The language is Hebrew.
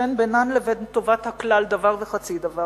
שאין בינן לבין טובת הכלל דבר וחצי דבר,